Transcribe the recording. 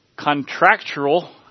contractual